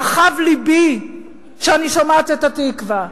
רחב לבי כשאני שומעת את "התקווה",